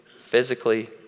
physically